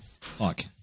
Fuck